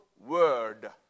word